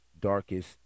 darkest